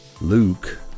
Luke